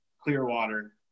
Clearwater